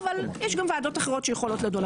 אבל יש גם ועדות אחרות שיכולות לדון.